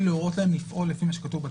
להורות להם לפעול לפי מה שכתוב בתקנות.